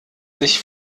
sich